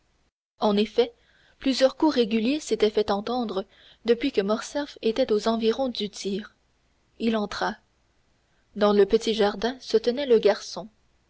en effet plusieurs coups réguliers s'étaient fait entendre depuis que morcerf était aux environs du tir il entra dans le petit jardin se tenait le garçon